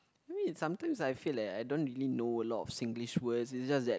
maybe sometimes I feel like I don't really know a lot of Singlish words it's just that